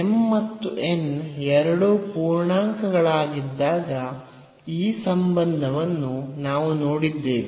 m ಮತ್ತು n ಎರಡೂ ಪೂರ್ಣಾಂಕಗಳಾಗಿದ್ದಾಗ ಈ ಸಂಬಂಧವನ್ನು ನಾವು ನೋಡಿದ್ದೇವೆ